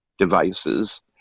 devices